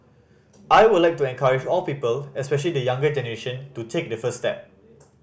I would like to encourage all people especially the younger generation to take the first step